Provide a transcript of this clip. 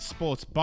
Sports